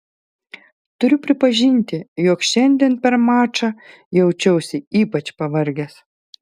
turiu pripažinti jog šiandien per mačą jaučiausi ypač pavargęs